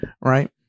Right